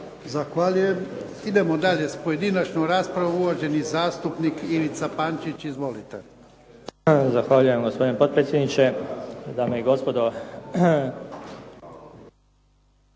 Zahvaljujem. Idemo dalje sa pojedinačnom raspravo. Uvaženi zastupnik Ivica Pančić. Izvolite. **Pančić, Ivica (SDP)** Zahvaljujem gospodine potpredsjedniče, dame i gospodo.